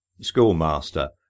Schoolmaster